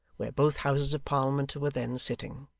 where both houses of parliament were then sitting.